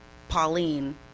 pauline,